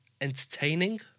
entertaining